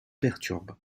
perturbe